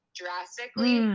drastically